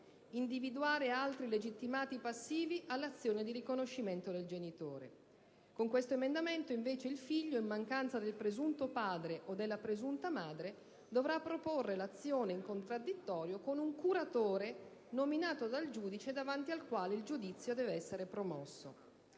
individuare altri legittimati passivi all'azione di riconoscimento del genitore. Con questo emendamento, invece, il figlio, in mancanza del presunto padre o della presunta madre, dovrà proporre l'azione in contraddittorio con un curatore nominato dal giudice davanti al quale il giudizio deve essere promosso.